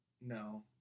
No